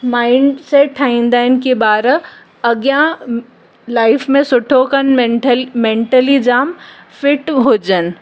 mindset ठाहींदा आहिनि की ॿार अॻियां लाईफ में सुठो कनि मेंठली मेंटली जामु फिट हुजनि